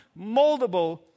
moldable